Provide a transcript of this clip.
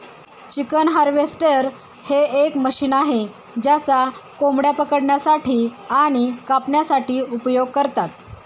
chicken harvester हे एक machine आहे ज्याचा कोंबड्या पकडण्यासाठी आणि कापण्यासाठी उपयोग करतात